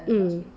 mm